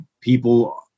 People